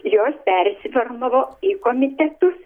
jos persiformavo į komitetus